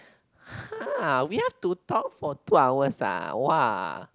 ha we have to talk for two hours ah !wah!